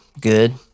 good